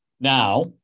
Now